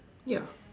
yeah